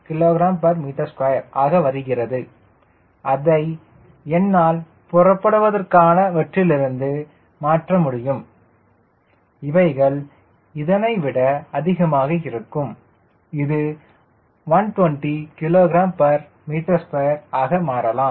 6 kgm2 ஆக வருகிறது அதை என்னால் புறப்படுவதற்கானவற்றிலிருந்து மாற்றமுடியும் இவைகள் இதனை விட அதிகமாக இருக்கும் இது 120 kgm2 ஆக மாறலாம்